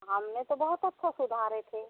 हमने तो बहुत अच्छा सुधारे थे